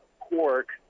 pork